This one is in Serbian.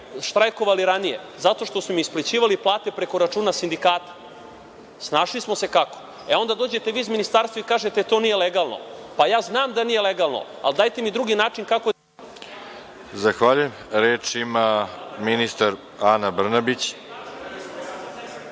štrajkovali ranije? Zato što su im isplaćivali plate preko računa sindikata. Snašli smo se kako. E onda dođete vi iz ministarstva i kažete – to nije legalno. Pa ja znam da nije legalno, ali dajte mi drugi način. **Veroljub Arsić** Zahvaljujem. Reč ima ministar Ana Brnabić. Prvo